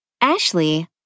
Ashley